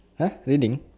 !huh! raining